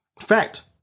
Fact